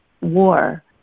war